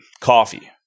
coffee